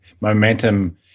momentum